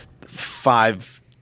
five